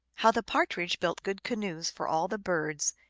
how the partridge built good canoes for all the birds,